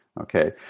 Okay